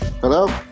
hello